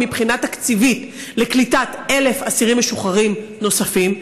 מבחינה תקציבית לקליטת 1,000 אסירים משוחררים נוספים.